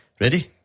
Ready